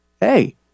hey